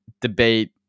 debate